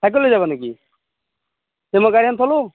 cycle লৈ যাবা নেকি তে মই গাড়ীখন থ'লোঁ